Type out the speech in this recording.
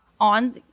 on